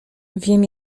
wiem